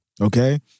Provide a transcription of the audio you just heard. okay